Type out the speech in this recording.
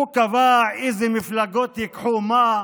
הוא קבע איזה מפלגות ייקחו מה,